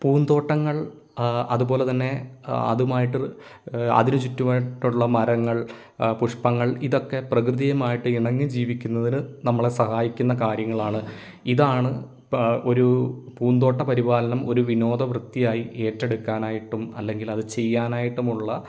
പൂന്തോട്ടങ്ങൾ അതുപോലെ തന്നെ അതുമായിട്ട് അതിന് ചുറ്റുമായിട്ടുള്ള മരങ്ങൾ പുഷ്പങ്ങൾ ഇതൊക്കെ പ്രകൃതിയുമായിട്ട് ഇണങ്ങി ജീവിക്കുന്നതിന് നമ്മളെ സഹായിക്കുന്ന കാര്യങ്ങളാണ് ഇതാണ് ഒരു പൂന്തോട്ട പരിപാലനം ഒരു വിനോദ വൃത്തിയായി ഏറ്റെടുക്കാനായിട്ടും അല്ലെങ്കിൽ അത് ചെയ്യാനായിട്ടുമുള്ള